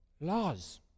laws